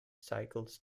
stunts